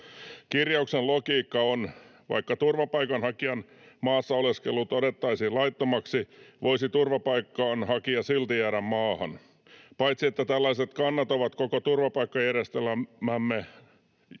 Kirjauksen logiikka on: vaikka turvapaikanhakijan maassaoleskelu todettaisiin laittomaksi, voisi turvapaikanhakija silti jäädä maahan. Paitsi että tällaiset kannat ovat koko turvapaikkajärjestelmän ajatusta